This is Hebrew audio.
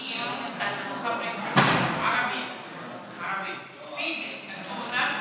קצינים תקפו חברי כנסת ערבים.